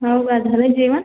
हो का झालं जेवण